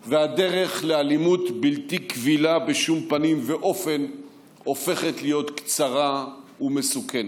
והדרך לאלימות בלתי קבילה בשום פנים ואופן הופכת להיות קצרה ומסוכנת.